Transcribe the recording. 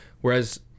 Whereas